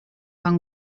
van